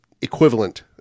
equivalent